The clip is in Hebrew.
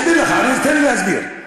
אני אסביר לך, תן לי להסביר.